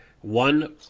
One